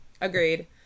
agreed